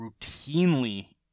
routinely